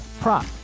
prop